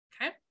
okay